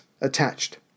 attached